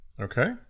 Okay